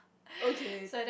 okay